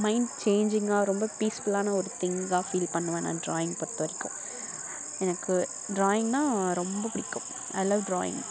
mind சேஞ்சிங்காக ரொம்ப பீஸ்ஃபுல்லான ஒரு திங்காக ஃபீல் பண்ணுவேன் நான் டிராயிங் பொறுத்த வரைக்கும் எனக்கு டிராயிங்கன்னா ரொம்ப பிடிக்கும் ஐ லவ் டிராயிங்